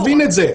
ברור,